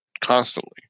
constantly